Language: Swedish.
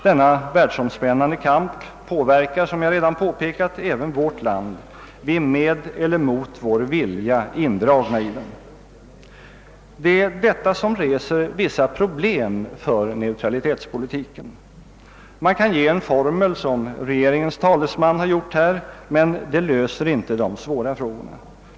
Denna världs omspännande kamp påverkar som jag redan påpekat även vårt land — vi är med eller mot vår vilja indragna i den. Det är detta som reser vissa problem för neutralitetspolitiken. Man kan ge en formel som regeringens talesman har gjort här, men det löser inte frågorna.